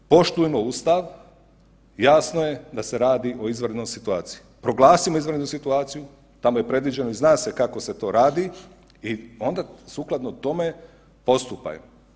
Poštujmo Ustav, jasno je da se radi o izvanrednoj situaciji, proglasimo izvanrednu situaciju, tamo je predviđeno i zna se kako se to radi i onda sukladno tome postupaj.